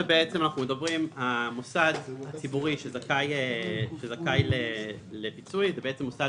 מוסד ציבורי שזכאי לפיצוי הוא מוסד